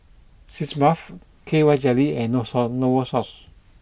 sitz bath K Y jelly and north Novosource